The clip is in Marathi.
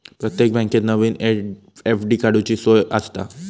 प्रत्येक बँकेत नवीन एफ.डी काडूची सोय आसता